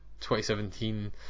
2017